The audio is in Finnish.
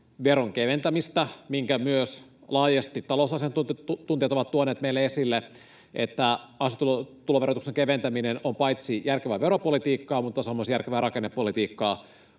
veron keventämistä, minkä myös laajasti talousasiantuntijat ovat tuoneet meille esille, että ansiotuloverotuksen keventäminen on paitsi järkevää veropolitiikkaa myös järkevää rakennepolitiikkaa,